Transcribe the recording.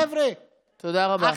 חבר'ה, תודה רבה.